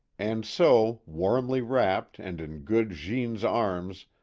and so, warmly wrapped and in good jeanne's arms,